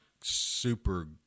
super